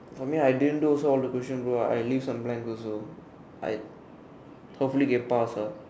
for me I didn't do also all the questions bro I leave some blanks also I hopefully can pass ah